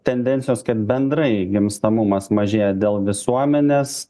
tendencijos kad bendrai gimstamumas mažėja dėl visuomenės